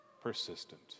persistent